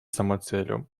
самоцелью